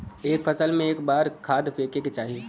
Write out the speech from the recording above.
एक फसल में क बार खाद फेके के चाही?